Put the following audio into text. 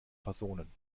personen